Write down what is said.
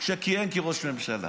כשכיהן כראש ממשלה.